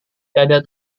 tiada